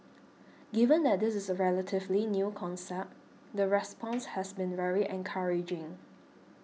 given that this is a relatively new concept the response has been very encouraging